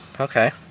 okay